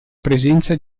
presenza